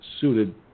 suited